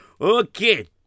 okay